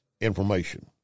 information